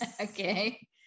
Okay